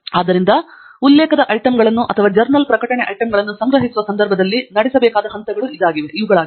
ಆದ್ದರಿಂದ ಉಲ್ಲೇಖದ ಐಟಂಗಳನ್ನು ಅಥವಾ ಜರ್ನಲ್ ಪ್ರಕಟಣೆ ಐಟಂಗಳನ್ನು ಸಂಗ್ರಹಿಸುವ ಸಂದರ್ಭದಲ್ಲಿ ನಡೆಸಬೇಕಾದ ಹಂತಗಳು ಇವುಗಳಾಗಿವೆ